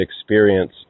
experience